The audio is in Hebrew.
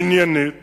עניינית